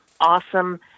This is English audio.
awesome